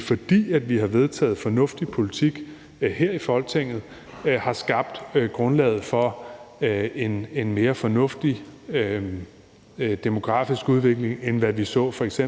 fordi vi har vedtaget fornuftig politik her i Folketinget, har skabt grundlaget for en mere fornuftig demografisk udvikling, end hvad vi så f.eks.